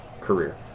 career